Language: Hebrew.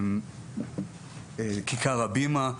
כיכר הבימה.